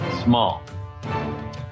small